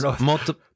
multiple